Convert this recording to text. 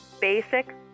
basic